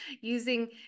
using